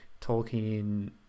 Tolkien